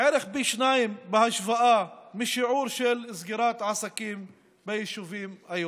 בערך פי שניים בהשוואה לשיעור של סגירת עסקים ביישובים היהודיים.